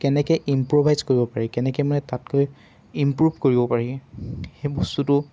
কেনেকৈ ইম্প্ৰ'ভাইজ কৰিব পাৰি কেনেকৈ মানে তাতকৈ ইম্প্ৰুভ কৰিব পাৰি সেই বস্তুটো